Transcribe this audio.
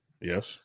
Yes